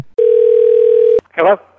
Hello